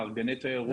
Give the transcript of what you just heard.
מארגני תיירות,